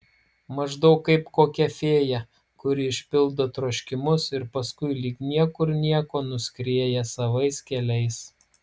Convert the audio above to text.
maždaug kaip kokia fėja kuri išpildo troškimus ir paskui lyg niekur nieko nuskrieja savais keliais